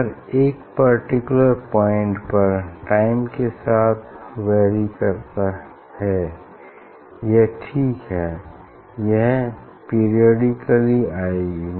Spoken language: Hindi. अगर एक पर्टिकुलर पॉइंट पर टाइम के साथ वैरी करती है यह ठीक है यह पेरिऑडिकली आएगी